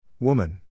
Woman